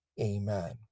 Amen